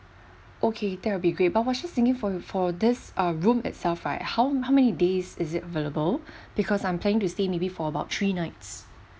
okay that will be great but I was just thinking for you for this ah room itself right how how many days is it available because I'm planning to stay maybe for about three nights